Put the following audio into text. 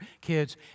kids